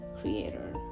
creator